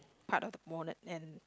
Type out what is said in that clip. part of the bonnet and